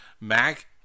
Mac